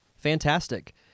Fantastic